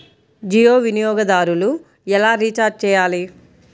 జియో వినియోగదారులు ఎలా రీఛార్జ్ చేయాలి?